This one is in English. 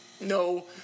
No